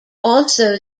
also